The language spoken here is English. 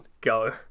Go